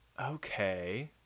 okay